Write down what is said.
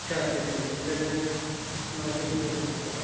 इच्छा असते त्यांची जगण्याचा मार्ग निवडतात त्या